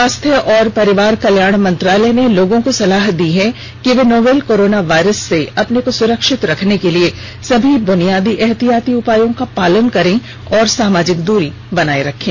स्वास्थ्य और परिवार कल्याण मंत्रालय ने लोगों को सलाह दी है कि वे नोवल कोरोना वायरस से अपने को सुरक्षित रखने के लिए सभी बुनियादी एहतियाती उपायों का पालन करें और सामाजिक दूरी बनाए रखें